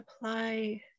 apply